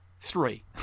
Three